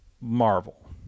Marvel